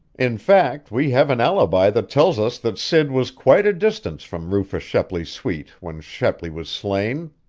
in fact, we have an alibi that tells us that sid was quite a distance from rufus shepley's suite when shepley was slain.